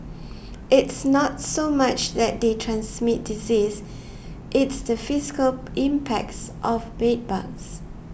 it's not so much that they transmit disease it's the fiscal impacts of bed bugs